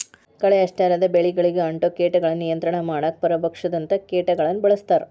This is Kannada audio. ಕಳೆ ಅಷ್ಟ ಅಲ್ಲದ ಬೆಳಿಗಳಿಗೆ ಅಂಟೊ ಕೇಟಗಳನ್ನ ನಿಯಂತ್ರಣ ಮಾಡಾಕ ಪರಭಕ್ಷಕದಂತ ಕೇಟಗಳನ್ನ ಬಳಸ್ತಾರ